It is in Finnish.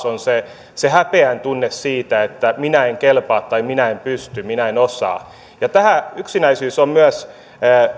on se se häpeän tunne siitä että minä en kelpaa tai minä en pysty minä en osaa tämä yksinäisyys on myös